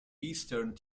eastern